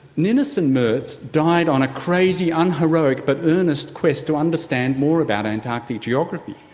ninnis and mertz died on a crazy, unheroic but earnest quest to understand more about antarctic geography,